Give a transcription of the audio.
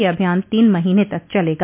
यह अभियान तीन महीने तक चलेगा